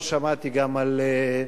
לא שמעתי גם על,